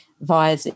via